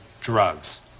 drugs